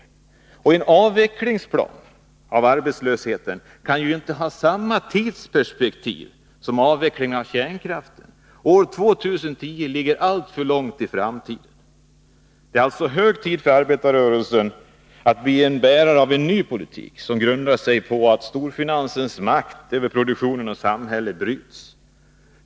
En plan för avvecklingen av arbetslösheten kan inte ha samma tidsperspektiv som avvecklingen av kärnkraften. År 2010 ligger alltför långt fram. Det är hög tid för arbetarrörelsen att bli en bärare av en ny politik, som har till syfte att bryta storfinansens makt över produktion och samhällsliv.